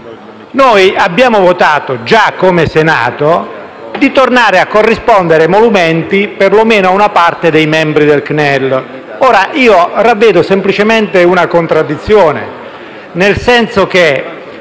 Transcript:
abbiamo già votato, come Senato, di tornare a corrispondere emolumenti perlomeno a una parte dei suoi membri. Ora, ravvedo semplicemente una contraddizione, nel senso che,